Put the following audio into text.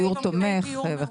דיור תומך.